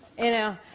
you know,